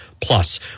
Plus